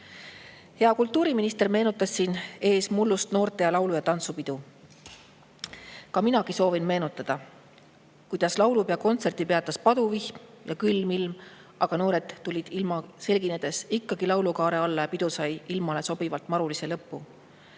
Kultuuriminister meenutas mullust noorte laulu‑ ja tantsupidu. Minagi soovin seda meenutada. Laulupeokontserdi peatas paduvihm ja ilm oli külm, aga noored tulid ilma selginedes ikkagi laulukaare alla ja pidu sai ilmale sobivalt marulise lõpu.